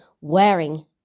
wearing